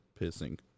pissing